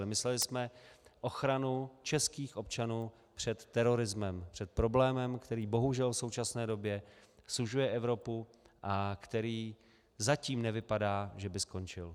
Mysleli jsme ochranu českých občanů před terorismem, před problémem, který bohužel v současné době sužuje Evropu a který zatím nevypadá, že by skončil.